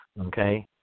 okay